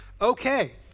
okay